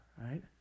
right